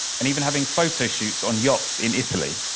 and even having photo shoots on yachts in italy.